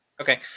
Okay